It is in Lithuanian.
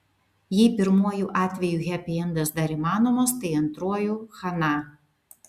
jei pirmuoju atveju hepiendas dar įmanomas tai antruoju chana